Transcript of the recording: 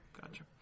Gotcha